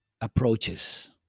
approaches